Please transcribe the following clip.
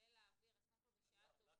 עולה לאוויר, אז קודם כל בשעה טובה.